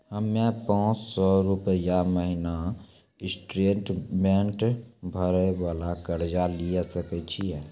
हम्मय पांच सौ रुपिया महीना इंस्टॉलमेंट भरे वाला कर्जा लिये सकय छियै?